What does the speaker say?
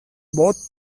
both